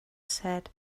said